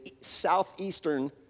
southeastern